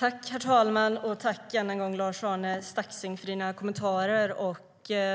Herr talman! Jag tackar Lars-Arne Staxäng för hans kommentarer och